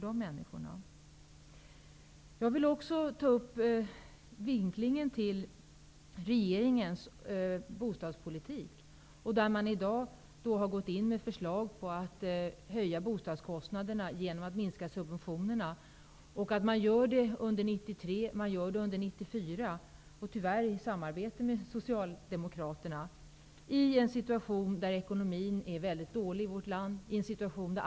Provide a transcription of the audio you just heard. Låt mig också ta upp vinklingen till regeringens bostadspolitik. Regeringen har föreslagit en höjning av bostadskostnaderna genom en minskning av subventionerna. Man gör det under 1993 och 1994. Det sker tyvärr i samarbete med Socialdemokraterna och i en situation där ekonomin är mycket dålig i vårt land.